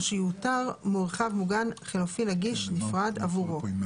או שיאותר מרחב מוגן חלופי נגיש נפרד עבורו.